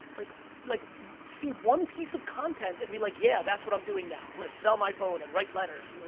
like like see one piece of content and be like, yeah, that's what i'm doing now. i'm gonna sell my phone and write letters. like